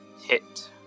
hit